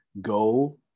go